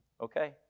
okay